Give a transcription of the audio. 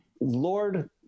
Lord